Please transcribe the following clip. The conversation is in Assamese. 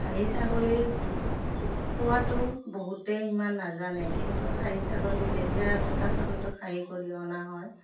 খাঁহী ছাগলীক খোৱাটো বহুতেই ইমান নাজানে কিন্তু খাঁহী ছাগলী যেতিয়া পঠা ছাগলীটো খাঁহী কৰি অনা হয়